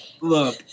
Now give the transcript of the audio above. Look